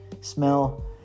smell